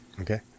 Okay